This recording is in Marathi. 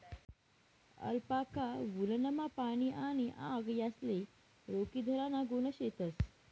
अलपाका वुलनमा पाणी आणि आग यासले रोखीधराना गुण शेतस